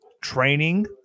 training